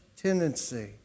tendency